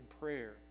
prayer